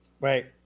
Right